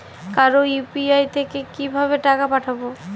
কারো ইউ.পি.আই তে কিভাবে টাকা পাঠাবো?